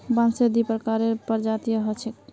बांसेर दी प्रकारेर प्रजातियां ह छेक